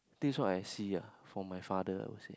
this what I see ah for my father I would say